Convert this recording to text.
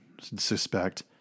suspect